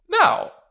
Now